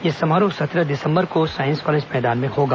यह समारोह सत्रह दिसंबर को साईस कॉलेज मैदान में होगा